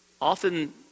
Often